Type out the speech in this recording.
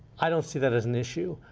i don't see that as an issue.